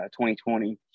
2020